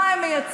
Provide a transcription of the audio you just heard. מה הם מייצגים.